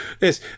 yes